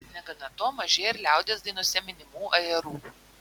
negana to mažėja ir liaudies dainose minimų ajerų